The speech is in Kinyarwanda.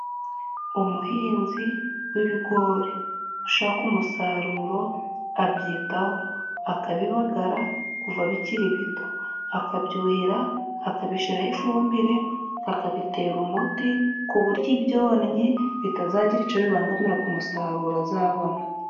Umuhinzi w'ibigori ushaka umusaruro, abyitaho, akabibagara kuva bikiri bito, akabyuhira, akabishiraho ifumbire, akakabitera umuti ku buryo ibyonnyi bitazagira ico bibangamira ku musaruro azabona.